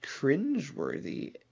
Cringeworthy